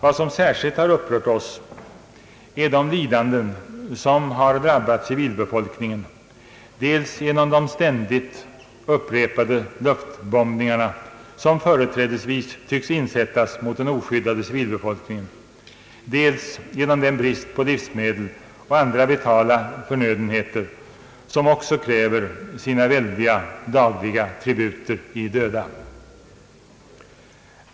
Vad som särskilt har upprört oss är de lidanden som har drabbat civilbefolkningen, dels genom de ständigt upprepade luftbombningar som företrädesvis tycks insättas mot den oskyddade civilbefolkningen, dels genom den brist på livsmedel och andra vitala förnödenheter som också kräver sina väldiga dagliga tributer i döda.